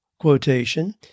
quotation